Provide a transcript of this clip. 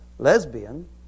lesbian